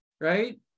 right